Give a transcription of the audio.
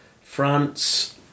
France